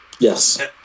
Yes